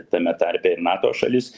tame tarpe ir nato šalis